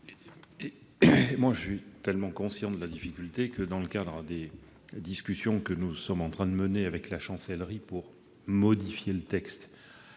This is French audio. toutefois tellement conscient de la difficulté que, dans le cadre des discussions que nous menons actuellement avec la Chancellerie pour modifier le texte,